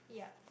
yup